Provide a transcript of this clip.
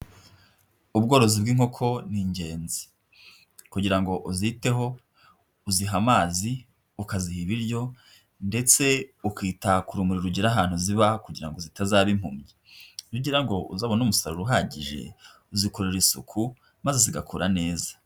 Ubworozi bw'inkoko ni ingenzi kugira ngo uziteho uziha amazi ukaziha ibiryo ndetse ukita ku rumuri rugera ahantu ziba kugira ngo zitazaba impumyi, iyo ugira ngo uzabone umusaruro uhagije uzikurura isuku maze zigakura neza.